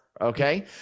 okay